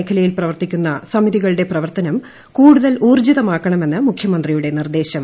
മേഖലയിൽപ്രവർത്തിക്കുന്ന സമിതികളുടെ പ്രവർത്തനം കൂടുതൽ ഊർജ്ജിതമാക്കണമെന്ന് മുഖ്യമന്ത്രിയുടെ നിർദ്ദേശം